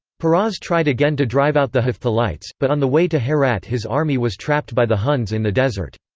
peroz tried again to drive out the hephthalites, but on the way to herat his army was trapped by the huns in the desert.